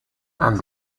and